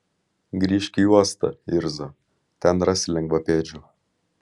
grįžk į uostą irzo ten rasi lengvapėdžių